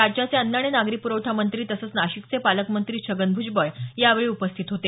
राज्याचे अन्न आणि नागरी प्रवठा मंत्री तसंच नाशिकचे पालकमंत्री छगन भ्जबळ यावेळी उपस्थित होते